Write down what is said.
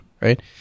right